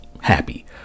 happy